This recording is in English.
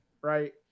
right